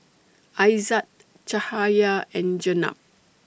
Aizat Jahaya and Jenab